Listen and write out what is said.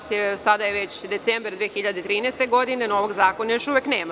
Sada je već decembar 2013. godine, a novog zakona još uvek nema.